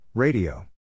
Radio